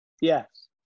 Yes